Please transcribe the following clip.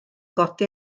godi